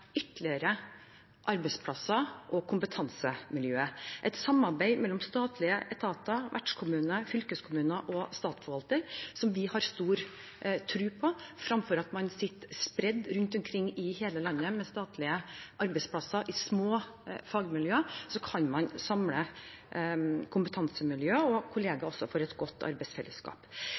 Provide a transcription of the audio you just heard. arbeidsplasser og kompetansemiljøer. Dette er et samarbeid mellom statlige etater, vertskommune, fylkeskommune og statsforvalter som vi har stor tro på. Fremfor at man sitter spredt rundt omkring i hele landet med statlige arbeidsplasser i små fagmiljøer, kan man samle kompetansemiljøer, og kollegaer også, for et godt arbeidsfellesskap.